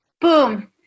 boom